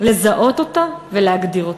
לזהות אותה ולהגדיר אותה.